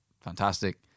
Fantastic